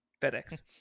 FedEx